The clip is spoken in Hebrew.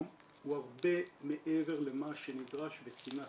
הוא הרבה מעבר למה שנדרש בתקינה חשבונאית,